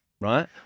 right